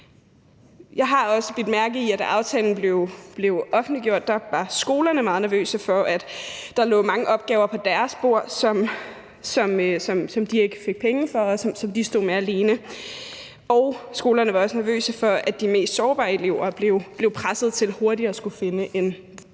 Jeg har også bidt mærke i, at da aftalen blev offentliggjort, var skolerne meget nervøse for, at der ville ligge mange opgaver på deres bord, som de ikke fik penge for, og som de stod med alene. Skolerne var også nervøse for, at de mest sårbare elever blev presset til hurtigere at skulle finde en læreplads.